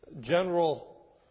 general